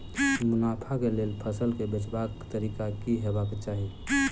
मुनाफा केँ लेल फसल केँ बेचबाक तरीका की हेबाक चाहि?